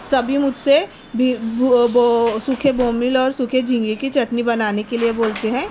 سبھی مجھ سے سوکھے بومل اور سوکھے جھینگے کی چٹنی بنانے کے لیے بولتے ہیں